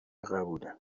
قبوله